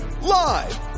Live